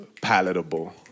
palatable